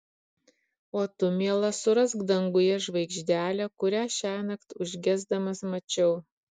o tu miela surask danguje žvaigždelę kurią šiąnakt užgesdamas mačiau